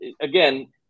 again